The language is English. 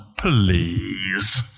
please